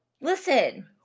Listen